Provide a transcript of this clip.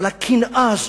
אבל, הקנאה הזאת,